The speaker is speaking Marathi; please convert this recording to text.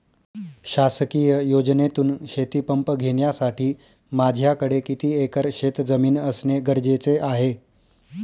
शासकीय योजनेतून शेतीपंप घेण्यासाठी माझ्याकडे किती एकर शेतजमीन असणे गरजेचे आहे?